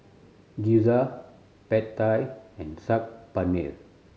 Gyoza Pad Thai and Saag Paneer